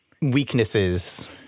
weaknesses